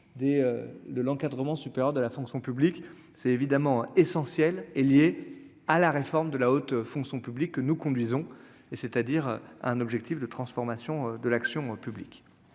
de l'encadrement supérieur de la fonction publique, c'est évidemment essentiel, est liée à la réforme de la haute font son public que nous conduisons et c'est-à-dire un objectif de transformation de l'action publique